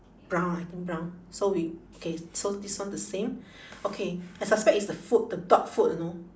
brown ah I think brown so we okay so this one the same okay I suspect it's the food the dog food you know